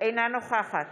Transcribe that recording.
אינה נוכחת